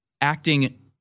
acting